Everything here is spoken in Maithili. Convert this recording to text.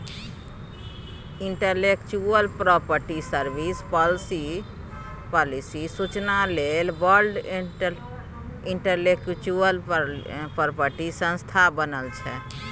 इंटलेक्चुअल प्रापर्टी सर्विस, पालिसी सुचना लेल वर्ल्ड इंटलेक्चुअल प्रापर्टी संस्था बनल छै